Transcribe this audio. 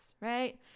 right